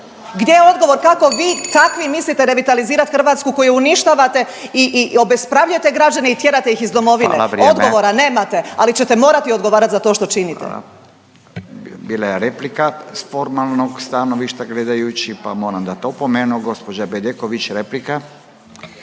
Gdje je odgovor kako vi takvi mislite revitalizirati Hrvatsku koju uništavate i obespravljujete građane i tjerate iz domovine? …/Upadica Furio Radin: Hvala, vrijeme./… Odgovora nemate, ali ćete morati odgovarati za to što činite. **Radin, Furio (Nezavisni)** Hvala, bila je replika iz formalnog stanovišta gledajući pa moram dati opomenu. Gospođa Bedeković, replika.